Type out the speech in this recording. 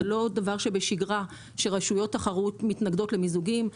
זה לא דבר שבשגרה שרשויות תחרות מתנגדות למיזוגים.